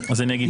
אז אני אגיד,